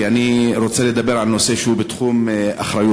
כי אני רוצה לדבר על נושא שהוא בתחום אחריותו.